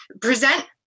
present